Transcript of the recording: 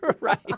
Right